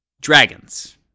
Dragons